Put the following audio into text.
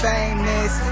Famous